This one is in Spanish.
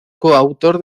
coautor